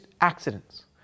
accidents